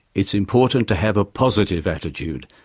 it's important to have a positive attitude,